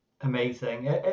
Amazing